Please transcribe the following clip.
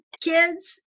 kids